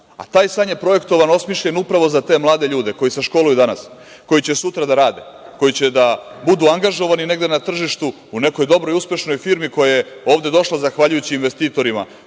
a taj san je projektovan, osmišljen upravo za te mlade ljude koji se školuju danas, koji će sutra da rade, koji će da budu angažovani negde na tržištu u nekoj dobroj, uspešnoj firmi, koja je ovde došla zahvaljujući investitorima